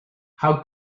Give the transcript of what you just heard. how